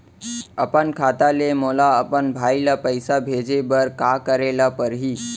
अपन खाता ले मोला अपन भाई ल पइसा भेजे बर का करे ल परही?